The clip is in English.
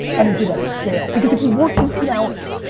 and he did that scale. because if you work eighteen hours,